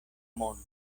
monto